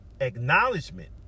acknowledgement